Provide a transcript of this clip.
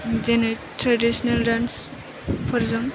जेने traditional dance फोरजों